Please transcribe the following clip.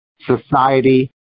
society